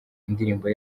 indirimbo